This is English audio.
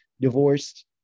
divorced